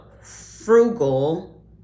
frugal